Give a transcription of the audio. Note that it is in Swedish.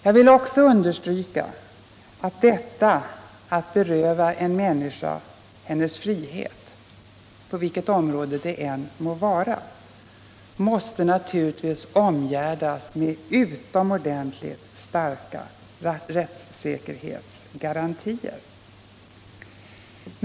Jag vill understryka att detta att beröva en människa hennes frihet — på vilket område det än må vara — naturligtvis måste omgärdas med utomordentligt starka rättssäkerhetsgarantier.